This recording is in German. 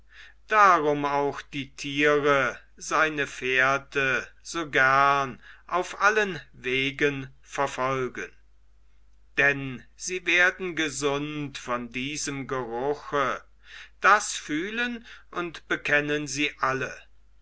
darum auch die tiere seine fährte so gern auf allen wegen verfolgen denn sie werden gesund von diesem geruche das fühlen und bekennen sie alle